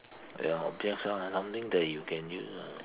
ya object lah something that you can use lah